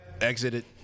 exited